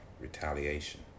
retaliation